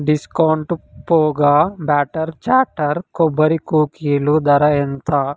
discount పోగా butter చాటర్ కొబ్బరి కుకీలు ధర ఎంత